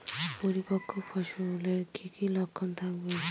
পরিপক্ক ফসলের কি কি লক্ষণ থাকবে?